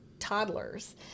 toddlers